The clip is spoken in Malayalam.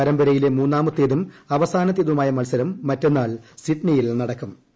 പരമ്പരയിലെ മൂന്നാമത്തേതിട്ട അവസാനത്തേതുമായ മത്സരം മറ്റുന്നാൾ സിഡ്നിയിൽ നടക്കു്